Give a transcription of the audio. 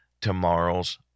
tomorrow's